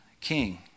king